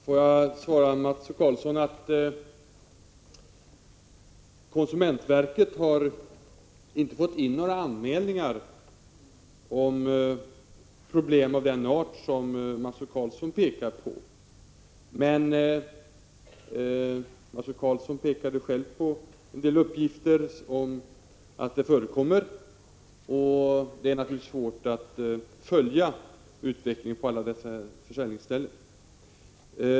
Fru talman! Får jag svara Mats O Karlsson att konsumentverket inte fått in några anmälningar om problem av den art Mats O Karlsson pekar på. Det är naturligtvis svårt att följa utvecklingen på alla dessa försäljningsställen.